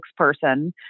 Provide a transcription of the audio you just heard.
spokesperson